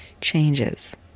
changes